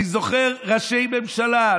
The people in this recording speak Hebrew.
אני זוכר ראשי ממשלה,